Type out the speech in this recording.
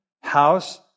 house